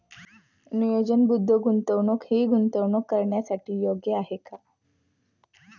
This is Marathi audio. नियोजनबद्ध गुंतवणूक हे गुंतवणूक करण्यासाठी योग्य आहे का?